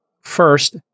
first